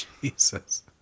Jesus